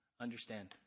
understand